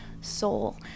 soul